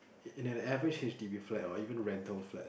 in an average H_D_B flat or even rental flat